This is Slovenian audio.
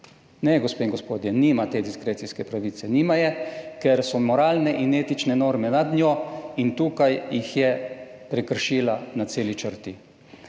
in gospodje, nima te diskrecijske pravice, nima je, ker so moralne in etične norme nad njo in tukaj jih je prekršila na celi črti.